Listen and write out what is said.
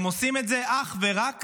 הם עושים את זה אך ורק